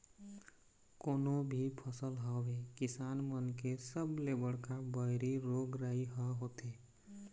कोनो भी फसल होवय किसान मन के सबले बड़का बइरी रोग राई ह होथे